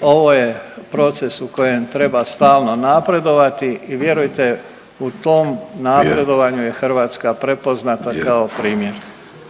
ovo je proces u kojem treba stalno napredovati i vjerujte u tom napredovanju…/Upadica Vidović: Je/… je